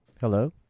Hello